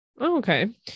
Okay